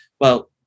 Well-